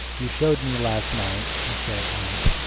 you showed me last night, he said at length,